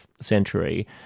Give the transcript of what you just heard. century